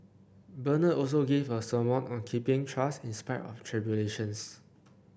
Bernard also gave a sermon on keeping trust in spite of tribulations